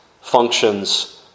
functions